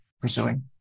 pursuing